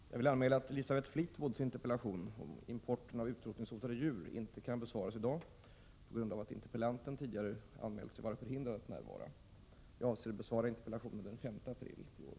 Herr talman! Jag vill meddela att Elisabeth Fleetwoods interpellation om importen av utrotningshotade djur inte kan besvaras i dag på grund av att interpellanten tidigare anmält att hon är förhindrad att närvara i dag. Jag avser att besvara interpellationen den 5 april i år.